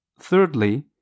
Thirdly